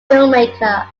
filmmaker